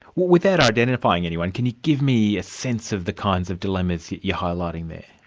without identifying anyone, can you give me a sense of the kinds of dilemmas that you're highlighting there?